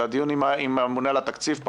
זה טוב לדיון עם הממונה על התקציבים בשעה 12:00,